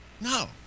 No